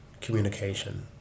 communication